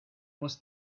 was